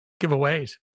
Giveaways